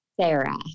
Sarah